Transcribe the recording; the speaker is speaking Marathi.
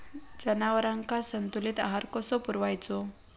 जनावरांका संतुलित आहार कसो पुरवायचो?